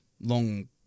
long